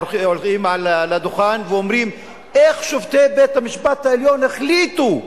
הולכים אל הדוכן ואומרים: איך שופטי בית-המשפט העליון החליטו?